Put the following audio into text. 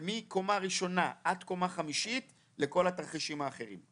ומקומה ראשונה עד קומה חמישית לכל התרחישים האחרים.